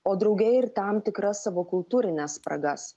o drauge ir tam tikras savo kultūrines spragas